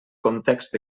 context